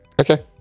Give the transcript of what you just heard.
okay